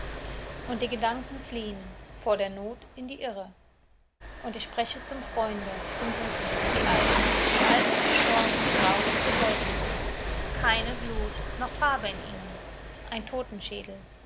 und die gedanken fliehn vor der not in die irre und ich spreche zum freunde zum guten wie alt wie alt und gestorben grau diese wolken sind keine glut noch farbe in ihnen ein totenschädel